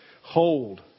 hold